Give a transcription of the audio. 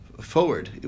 forward